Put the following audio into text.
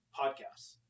podcasts